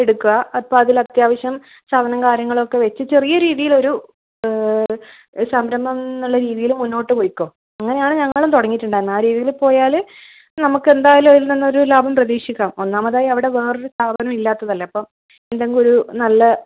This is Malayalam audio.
എടുക്കുക അപ്പം അതിലത്ത്യാവശ്യം സാധനവും കാര്യങ്ങളൊക്കെ വച്ച് ചെറിയ രീതിയിലൊരു സംരഭം എന്നുളള രീതിയിൽ മുന്നോട്ട് പൊയ്ക്കോ അങ്ങനെയാണ് ഞങ്ങളും തുടങ്ങിയിട്ടുണ്ടാരുന്നത് ആ രീതിയിൽ പോയാൽ നമ്മൾക്കെന്തായാലും അതിൽനിന്നൊരു ലാഭം പ്രതീക്ഷിക്കാം ഒന്നാമതായി അവിടെ വേറൊരു സ്ഥാപനം ഇല്ലാത്തതല്ലേ അപ്പം എന്തെങ്കിലുമൊരു നല്ല